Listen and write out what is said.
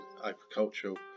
agricultural